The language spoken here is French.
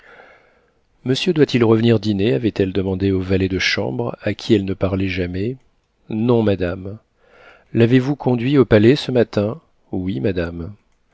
monsieur doit-il revenir dîner avait-elle demandé au valet de chambre à qui elle ne parlait jamais non madame l'avez-vous conduit au palais ce matin oui madame